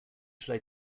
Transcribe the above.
should